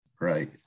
right